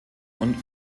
und